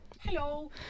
Hello